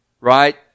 right